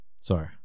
Sorry